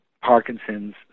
Parkinson's